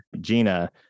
Gina